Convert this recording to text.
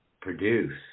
produce